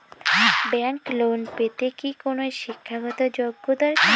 Bank loan পেতে কি কোনো শিক্ষা গত যোগ্য দরকার?